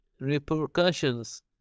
repercussions